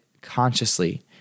consciously